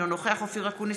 אינו נוכח אופיר אקוניס,